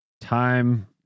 Time